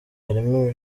arimo